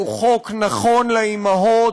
הוא חוק נכון לאימהות.